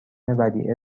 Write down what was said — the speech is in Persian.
ودیعه